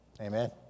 Amen